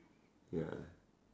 ya